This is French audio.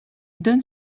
donne